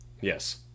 Yes